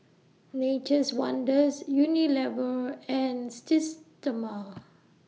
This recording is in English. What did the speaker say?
Nature's Wonders Unilever and Systema